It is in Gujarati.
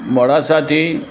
મોડાસાથી